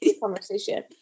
conversation